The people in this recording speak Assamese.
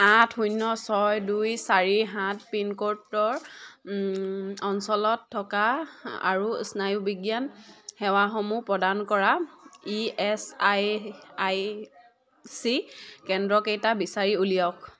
আঠ শূন্য ছয় দুই চাৰি সাত পিনক'ডৰ অঞ্চলত থকা আৰু স্নায়ুবিজ্ঞান সেৱাসমূহ প্ৰদান কৰা E S I I C কেন্দ্ৰকেইটা বিচাৰি উলিয়াওক